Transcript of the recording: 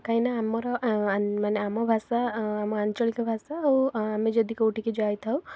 କାହିଁକି ନା ଆମର ମାନେ ଆମ ଭାଷା ଆମ ଆଞ୍ଚଳିକ ଭାଷା ଆଉ ଆମେ ଯଦି କେଉଁଠିକି ଯାଇଥାଉ